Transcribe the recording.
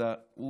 הוא